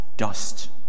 dust